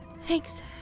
Thanks